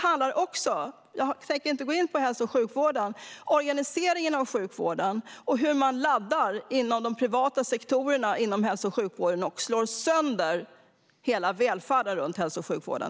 Jag tänker inte gå in på hälso och sjukvården, men det här handlar om organiseringen av sjukvården och hur man i de privata sektorerna inom hälso och sjukvården laddar för att slå sönder hela välfärden runt hälso och sjukvården.